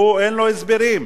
אין לו הסברים.